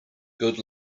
good